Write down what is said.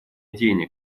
денег